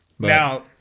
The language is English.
Now